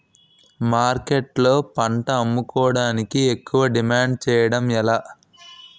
మార్కెట్లో పంట అమ్ముకోడానికి ఎక్కువ డిమాండ్ చేయడం ఎలా?